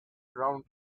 round